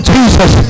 Jesus